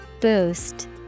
Boost